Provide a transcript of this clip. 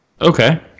Okay